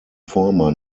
former